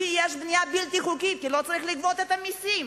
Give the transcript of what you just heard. כי יש בנייה בלתי חוקית, כי לא צריך לגבות מסים.